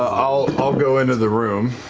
ah i'll i'll go into the room.